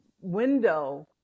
window